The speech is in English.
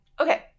Okay